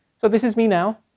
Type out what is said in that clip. so this is me now,